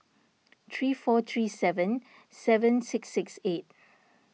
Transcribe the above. three four three seven seven six six eight